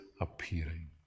appearing